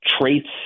traits